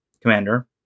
commander